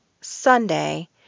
Sunday